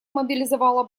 мобилизовала